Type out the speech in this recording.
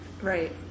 Right